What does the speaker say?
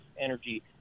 energy